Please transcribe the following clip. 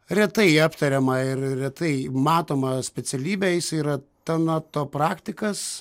retai aptariamą ir retai matomą specialybę jisai yra tanatopraktikas